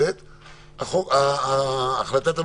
תתכנס הוועדה,